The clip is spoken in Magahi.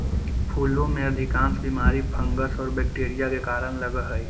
फूलों में अधिकांश बीमारी फंगस और बैक्टीरिया के कारण लगअ हई